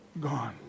gone